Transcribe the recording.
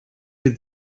with